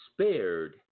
spared